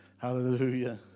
Hallelujah